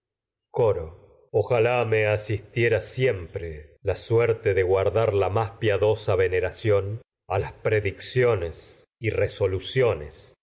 coro ojalá me asistiera siempre la suerte de guai'dar la más piadosa veneración a las predicciones y resoluciones